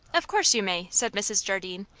of course you may, said mrs. jardine,